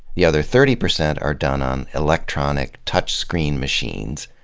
the other thirty percent are done on electronic touch screen machines,